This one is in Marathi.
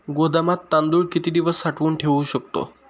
गोदामात तांदूळ किती दिवस साठवून ठेवू शकतो?